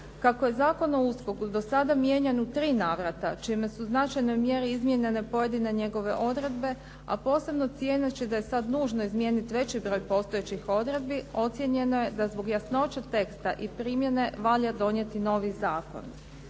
Kako je Zakon o USKOK-u do sada mijenjan u tri navrata čime su u značajnoj mjeri izmijenjene pojedine njegove odredbe a posebno cijeneći da je sad nužno izmijeniti veći broj postojećih odredbi ocijenjeno je da zbog jasnoće teksta i primjene valja donijeti novi zakon.